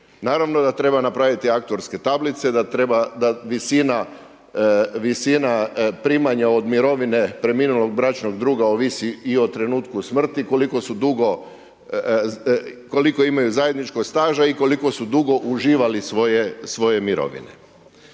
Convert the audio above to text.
Naravno da treba napraviti aktuarske tablice, da visina primanja od mirovine preminulog bračnog druga ovisi i o trenutku smrti koliko su dugo, koliko imaju zajedničkog staža i koliko su dugo uživali svoje mirovine.